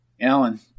Alan